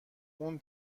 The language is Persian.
اون